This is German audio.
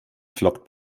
flockt